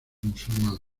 musulmán